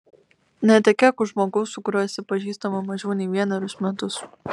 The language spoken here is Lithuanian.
netekėk už žmogaus su kuriuo esi pažįstama mažiau nei vienerius metus